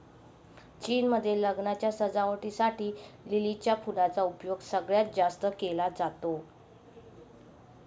चीन मध्ये लग्नाच्या सजावटी साठी लिलीच्या फुलांचा उपयोग सगळ्यात जास्त केला जातो